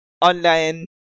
online